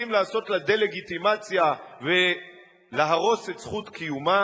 לעשות לה דה-לגיטימציה ולהרוס את זכות קיומה,